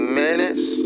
minutes